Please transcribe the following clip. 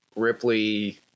Ripley